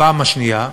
בפעם השנייה,